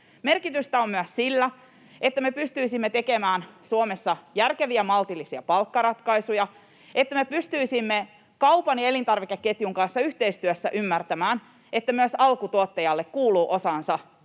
Merkitystä on myös sillä, että me pystyisimme tekemään Suomessa järkeviä, maltillisia palkkaratkaisuja, että me pystyisimme kaupan ja elintarvikeketjun kanssa yhteistyössä ymmärtämään, että myös alkutuottajalle kuuluu osansa suomalaisessa